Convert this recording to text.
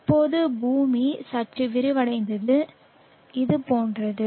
இப்போது பூமி சற்று விரிவடைந்தது இது போன்றது